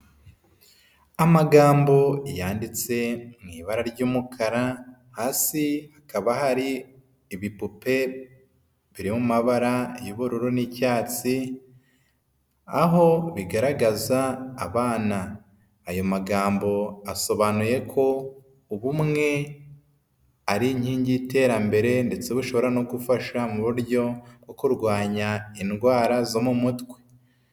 Amagambo yanditse, mu ibara ry'umukara, hasi hakaba hari ibipupe, biri mu mabara y'ubururu n'icyatsi, aho bigaragaza abana. Ayo magambo asobanuye ko ubumwe ari inkingi y'iterambere ndetse bushobora no gufasha mu buryo bwo kurwanya indwara zo mu mutwe.